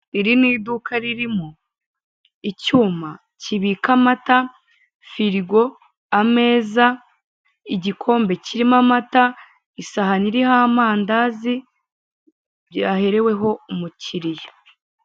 Iri ni iduka ririmo icyuma kibika amata firigo ameza igikombe kirimo amata isahani iriho amandazi byahereweho umukiriya.